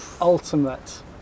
ultimate